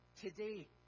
today